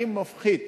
אני מפחית